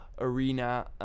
arena